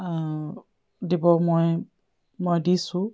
দিব মই মই দিছোঁ